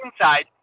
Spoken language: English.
inside